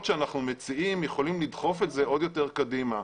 שאנחנו מציעים יכולים לדחוף את זה עוד יותר קדימה.